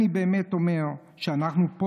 אני אומר שאנחנו פה,